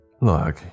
Look